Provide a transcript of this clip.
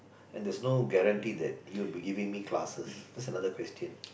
and there's no guarantee that you'll be giving me classes that's another question